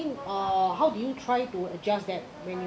uh how did you try to adjust that when you were